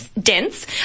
dense